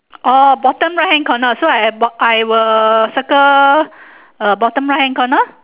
orh bottom right hand corner so I have bot I will circle uh bottom right hand corner